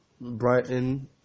Brighton